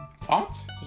fonts